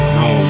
no